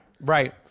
right